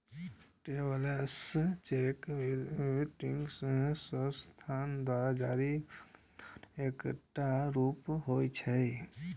travellers cheque वित्तीय संस्थान द्वारा जारी भुगतानक एकटा रूप होइ छै